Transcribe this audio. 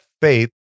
faith